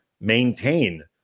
maintain